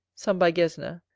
some by gesner,